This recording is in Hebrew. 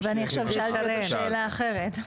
ואני עכשיו שאלתי אותו שאלה אחרת.